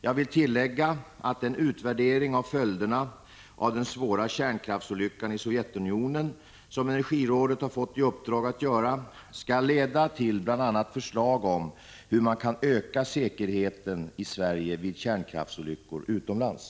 Jag vill tillägga att den utvärdering av följderna av den svåra kärnkraftsolyckan i Sovjetunionen som energirådet har fått i uppdrag att göra skall leda till bl.a. förslag om hur man kan öka säkerheten i Sverige vid kärnkraftsolyckor utomlands.